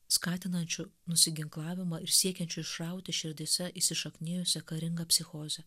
skatinančių nusiginklavimą ir siekiančių išrauti širdyse įsišaknijusią karingą psichozę